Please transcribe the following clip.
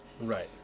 Right